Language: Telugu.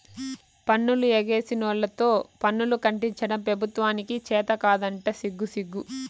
పన్నులు ఎగేసినోల్లతో పన్నులు కట్టించడం పెబుత్వానికి చేతకాదంట సిగ్గుసిగ్గు